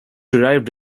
derived